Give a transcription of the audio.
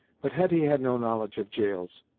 but hetty had no knowledge of gaols,